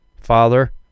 Father